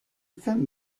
can